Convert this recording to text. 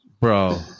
Bro